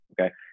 okay